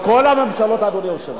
לכל הממשלות, אדוני היושב-ראש.